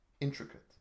intricate